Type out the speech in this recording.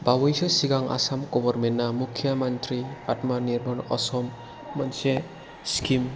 बावैसो सिगां आसाम ग'भरमेन्टआ मुख्य' मन्त्रि आत्म'निर्भर असम मोनसे स्किम